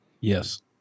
Yes